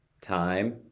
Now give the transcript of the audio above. time